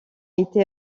été